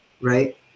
right